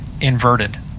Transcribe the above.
inverted